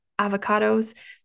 avocados